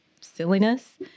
silliness